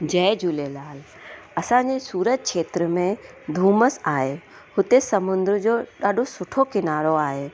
जय झूलेलाल असांजे सूरत क्षेत्र में डूमस आहे हुते समुंद्र जो ॾाढो सुठो किनारो आहे